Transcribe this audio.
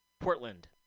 Portland